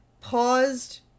paused